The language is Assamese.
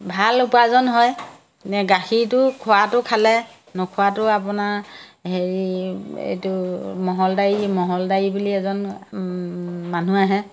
ভাল উপাৰ্জন হয় নে গাখীৰটো খোৱাটো খালে নোখোৱাটো আপোনাৰ হেৰি এইটো মহলদাৰী মহলদাৰী বুলি এজন মানুহ আহে